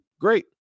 great